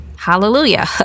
Hallelujah